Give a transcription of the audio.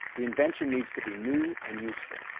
the invention needs to be new and useful.